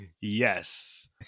Yes